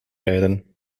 rijden